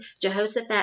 Jehoshaphat